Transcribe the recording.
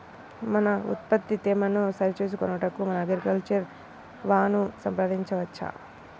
మన ఉత్పత్తి తేమను సరిచూచుకొనుటకు మన అగ్రికల్చర్ వా ను సంప్రదించవచ్చా?